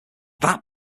that